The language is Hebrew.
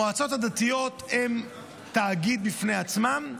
המועצות הדתיות הן תאגיד בפני עצמן,